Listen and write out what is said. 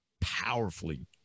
powerfully